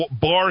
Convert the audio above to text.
bar